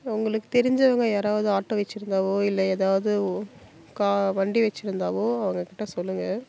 உங்களுக்கு தெரிஞ்சவங்க யாராவது ஆட்டோ வெச்சிருந்தாலோ இல்லை ஏதாவது வண்டி வெச்சிருந்தாலோ அவங்கக்கிட்ட சொல்லுங்கள்